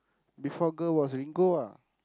before girl was Ringo ah